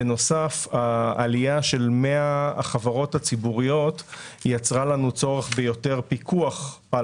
בנוסף העלייה של 100 החברות הציבוריות יצרה לנו צורך ביותר פיקוח על